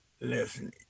Listen